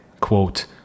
quote